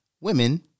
women